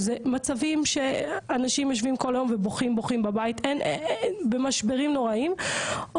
שזה מצבים שאנשים יושבים כל היום ובוכים בבית במשברים נוראיים,